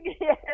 yes